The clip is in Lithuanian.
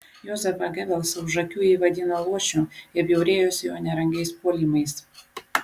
jozefą gebelsą už akių ji vadino luošiu ir bjaurėjosi jo nerangiais puolimais